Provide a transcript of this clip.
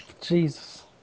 Jesus